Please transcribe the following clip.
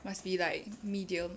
must be like medium